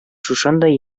шушындый